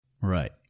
Right